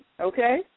okay